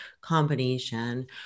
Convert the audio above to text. combination